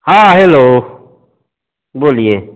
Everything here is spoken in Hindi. हाँ हैलो बोलिए